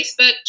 Facebook